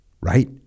right